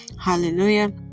hallelujah